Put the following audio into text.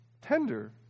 tender